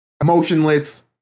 emotionless